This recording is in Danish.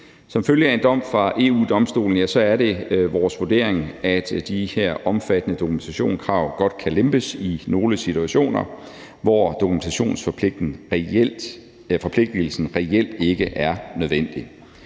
Som følge af en dom fra EU-Domstolen er det vores vurdering, at de her omfattende dokumentationskrav godt kan lempes i nogle situationer, hvor dokumentationsforpligtigelsen reelt ikke er nødvendig.